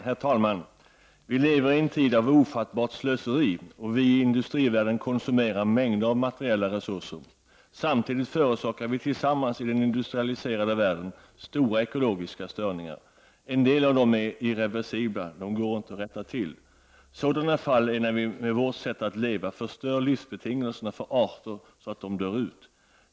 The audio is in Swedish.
Herr talman! Vi lever i en tid av ofattbart slöseri. Vi i industrivärlden konsumerar mängder av materiella resurser. Samtidigt förorsakar vi tillsammans i den industrialiserade världen stora ekologiska störningar. En del av dessa är irreversibla, de går inte att rätta till. Sådana fall är när vi med vårt sätt att leva förstör livsbetingelserna för arter så att de dör ut.